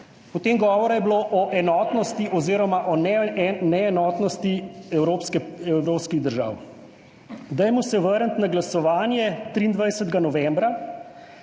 Potem, govora je bilo o enotnosti oziroma o neenotnosti evropskih držav. Dajmo se vrniti na glasovanje 23. novembra,